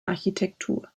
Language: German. architektur